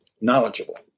knowledgeable